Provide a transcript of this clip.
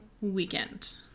weekend